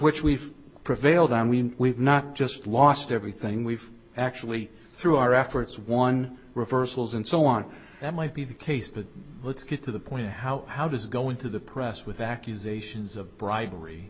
which we've prevailed and we we've not just lost everything we've actually through our efforts won reversals and so on that might be the case but let's get to the point how how does going to the press with accusations of bribery